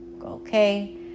Okay